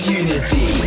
unity